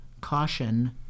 caution